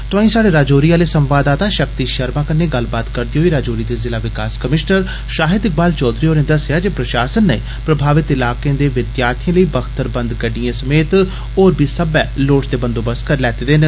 तोआंई स्हाड़े रजौरी आले संवाददाता षक्ति षर्मा कननै गल्लबात करदे होइ रजौरी दे जिला विकास कमिषनर षाहिद इकबाल चौधरी होरे दस्सेआ ऐ जे प्रषासन नै प्रभावत इलाके दे विद्यार्थिएं लेई बख्तरबंद गढ़िडएं सने होर बी सब्बै लोड़चदे बंदोबस्त करी लैते दे न